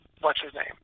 what's-his-name